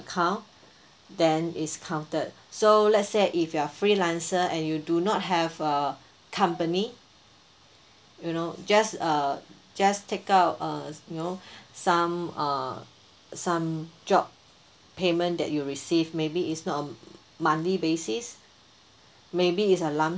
account then it's counted so let's say if you're freelancer and you do not have a company you know just uh just take out uh you know some uh some job payment that you receive maybe it's not a monthly basis maybe it's a lump